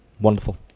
wonderful